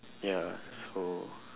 ya so